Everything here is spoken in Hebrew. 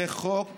זה החוק